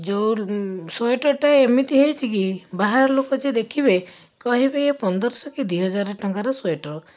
ଯେଉଁ ସ୍ୱେଟରଟା ଏମିତି ହେଇଛିକି ବାହାର ଲୋକ ଯିଏ ଦେଖିବେ କହିବେ କି ଇଏ ପନ୍ଦରଶହ କି ଦୁଇହଜାର ଟଙ୍କାର ସ୍ୱେଟର